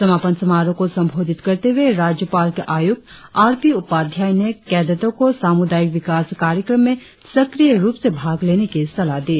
समापन समारोह को संबोधित करते हुए राज्यपाल के आयुक्त आर पी उपाध्याय ने कैडटो को सामूदायिक विकास कार्यक्रम में सक्रिय रुप से भाग लेने की सलाह दी